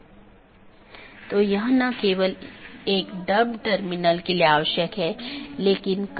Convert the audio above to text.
इसलिए उन्हें सीधे जुड़े होने की आवश्यकता नहीं है